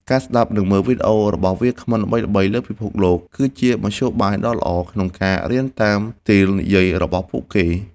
ការស្ដាប់ និងមើលវីដេអូរបស់វាគ្មិនល្បីៗលើពិភពលោក គឺជាមធ្យោបាយដ៏ល្អក្នុងការរៀនតាមស្ទីលនិយាយរបស់ពួកគេ។